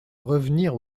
revenir